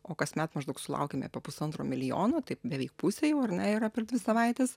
o kasmet maždaug sulaukiame apie pusantro milijono tai beveik pusė jau ar ne yra per dvi savaites